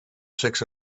six